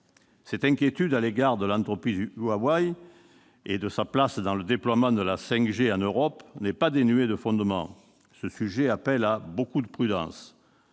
Cette inquiétude à l'égard de l'entreprise Huawei et de sa place dans le déploiement de la 5G en Europe n'est pas dénuée de fondement. Ce sujet appelle à beaucoup de prudence.